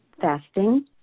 fasting